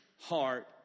heart